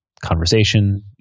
conversation